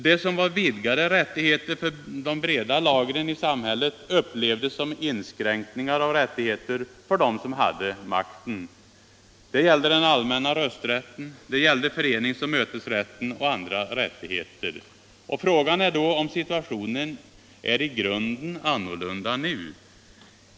Det som var vidgade rättigheter för de breda lagren i samhället upplevdes som inskränkningar av rättigheterna av dem som hade makten. Där gällde den allmänna rösträtten, föreningsoch mötesrätten och andra rättigheter. Frågan är då om situationen är i grunden annorlunda nu.